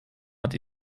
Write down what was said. hat